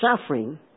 Suffering